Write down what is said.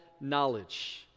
knowledge